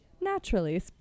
naturally